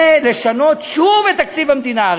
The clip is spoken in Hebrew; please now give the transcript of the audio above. ולשנות שוב את תקציב המדינה.